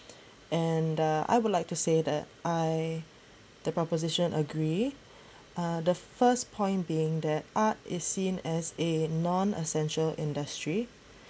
and uh I would like to say that I the proposition agree uh the first point being that art is seen as a non essential industry